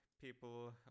people